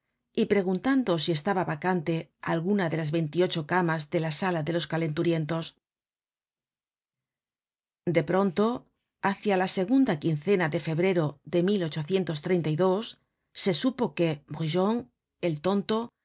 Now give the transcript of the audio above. y preguntando si estaba vacante alguna de las veintiocho camas de la sala de los calenturientos de pronto háciala segunda quincena de febrero de se supo que brujon el tonto